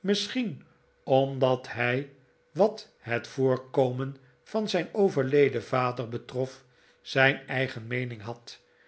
misschien omdat hij wat het voorkomen van zijn overleden vader betrof zijn eigen meening had